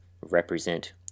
represent